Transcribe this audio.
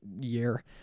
year